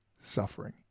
suffering